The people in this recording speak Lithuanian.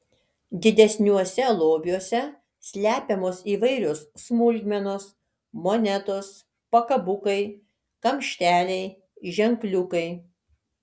didesniuose lobiuose slepiamos įvairios smulkmenos monetos pakabukai kamšteliai ženkliukai